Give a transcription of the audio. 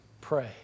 pray